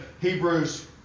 Hebrews